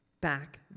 back